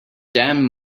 damn